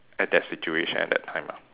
at that situation at that time lah